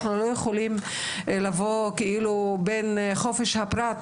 אנחנו לא יכולים להתערב בחופש הפרט,